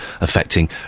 affecting